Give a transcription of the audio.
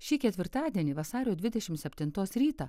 šį ketvirtadienį vasario dvidešimt septintos rytą